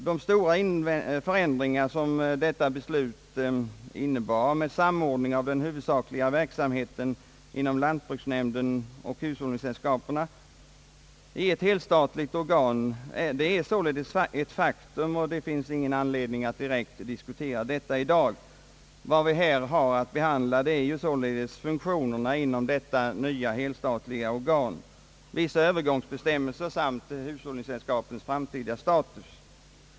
De stora förändringar som detta beslut innebar, med samordning av den huvudsakliga verksamheten inom lantbruksnämnderna och hushållningssällskapen i ett helstatligt företag, är eit faktum som det inte finns någon anledning att direkt diskutera i dag. Vad vi nu har att behandla är funktionerna inom detta nya helstatliga organ, vissa Övergångsbestämmelser samt hushållningssällskapens framtida status.